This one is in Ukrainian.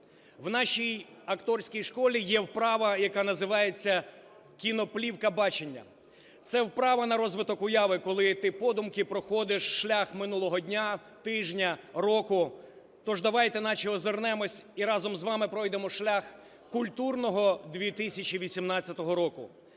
В нашій акторській школі є вправа, яка називається кіноплівка бачення – це вправа на розвиток уяви, коли ти подумки проходиш шлях минулого дня, тижня, року. Тож давайте наче озирнемося і разом з вами пройдемо шлях культурного 2018 року,